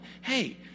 hey